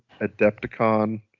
Adepticon